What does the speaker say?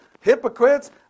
hypocrites